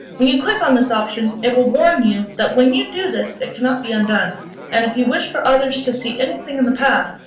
when you click on this option, it will warn you that when you do this it cannot be undone and if you wish for others to see anything in the past,